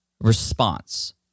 response